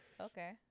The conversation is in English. Okay